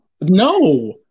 no